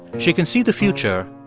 she can see the future,